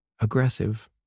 aggressive